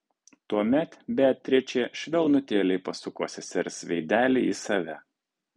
tuomet beatričė švelnutėliai pasuko sesers veidelį į save